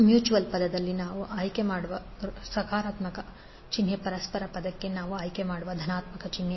mutual ಪದದಲ್ಲಿ ನಾವು ಆಯ್ಕೆಮಾಡುವ ಸಕಾರಾತ್ಮಕ ಚಿಹ್ನೆ ಪರಸ್ಪರ ಪದಕ್ಕೆ ನಾವು ಆಯ್ಕೆಮಾಡುವ ಧನಾತ್ಮಕ ಚಿಹ್ನೆ